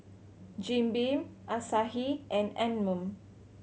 Jim Beam Asahi and Anmum